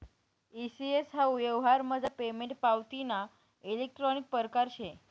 E CS हाऊ यवहारमझार payment पावतीना इलेक्ट्रानिक परकार शे